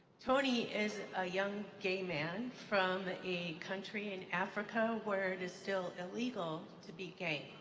tony is a young gay man from a country in africa where it is still illegal to be gay.